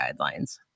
guidelines